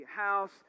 house